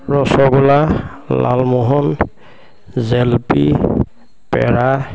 rasgulla lalmohan jalebi পেৰা